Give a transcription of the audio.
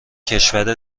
کشور